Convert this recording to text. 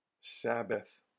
Sabbath